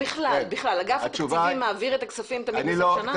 בכלל אגף התקציבים מעביר את הכספים תמיד בסוף השנה?